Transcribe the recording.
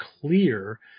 clear